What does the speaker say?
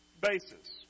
basis